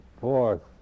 fourth